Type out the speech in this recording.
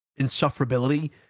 insufferability